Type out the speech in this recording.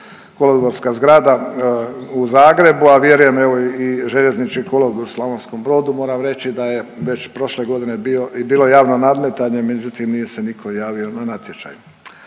kolodvorska zgrada u Zagrebu, a vjerujem, evo i željeznički kolodvor u Slavonskom Brodu, moram reći da je već prošle godine bilo javno nadmetanje, međutim, nije se nitko javio na natječaj.